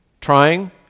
trying